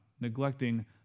Neglecting